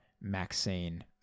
Maxine